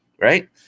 Right